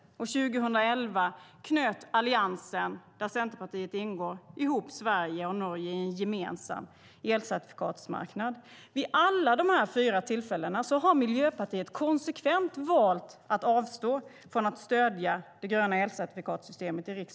Och 2011 knöt Alliansen, där Centerpartiet ingår, ihop Sverige och Norge i en gemensam elcertifikatsmarknad. Vid samtliga dessa fyra tillfällen har Miljöpartiet vid riksdagens voteringar konsekvent valt att avstå från att stödja det gröna elcertifikatssystemet.